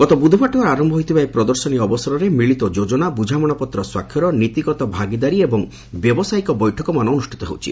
ଗତ ବୁଧବାରଠାରୁ ଆରମ୍ଭ ହୋଇଥିବା ଏହି ପ୍ରଦର୍ଶନୀ ଅବସରରେ ମିଳିତ ଯୋଜନା ବୁଝାମଣାପତ୍ର ସ୍ୱାକ୍ଷର ନୀତିଗତ ଭାଗିଦାରୀ ଏବଂ ବ୍ୟାବସାୟିକ ବୈଠକମାନ ଅନୁଷ୍ଠିତ ହେଉଛି